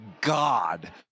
God